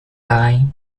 lie